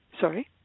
Sorry